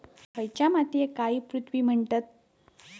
खयच्या मातीयेक काळी पृथ्वी म्हणतत?